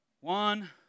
One